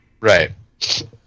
Right